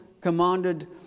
commanded